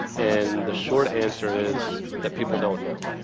and the short answer is that people don't know.